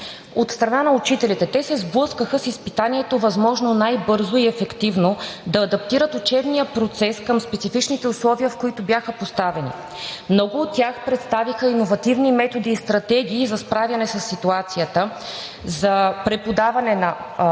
От страна на учителите – те се сблъскаха с изпитанието възможно най-бързо и ефективно да адаптират учебния процес към специфичните условия, в които бяха поставени. Много от тях представиха иновативни методи и стратегии за справяне със ситуацията за преподаване на